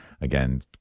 Again